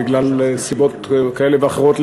בגלל סיבות כאלה ואחרות,